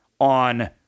on